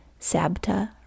Sabta